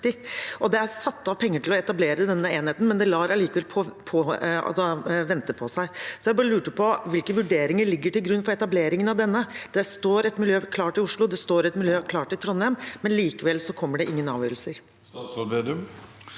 det er satt av penger til å etablere denne enheten. Den lar allikevel vente på seg, så jeg bare lurte på hvilke vurderinger som ligger til grunn for etableringen. Det står et miljø klart i Oslo, det står et miljø klart i Trondheim, men likevel kommer det ingen avgjørelser.